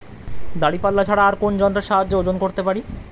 দাঁড়িপাল্লা ছাড়া আর কোন যন্ত্রের সাহায্যে ওজন করতে পারি?